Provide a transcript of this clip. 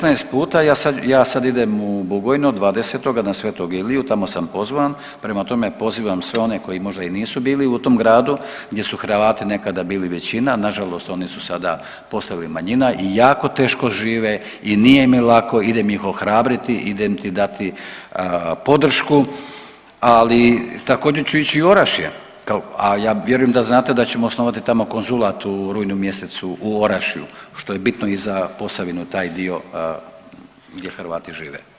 16 puta, ja sad idem u Bugojno 20. na sv. Iliju, tamo sam pozvan, prema tome pozivam sve one koji možda i nisu bili u tom gradu, gdje su Hrvati nekada bili većina, nažalost oni su sada postali manjina i jako teško žive i nije im lako, idem ih ohrabriti, idem ti dati podršku, ali također ću ići u Orašje kao, a ja vjerujem da znate da ćemo osnovati tamo kozulat u rujnu mjesecu u Orašju, što je bitno i sa Posavinu taj dio gdje Hrvati žive.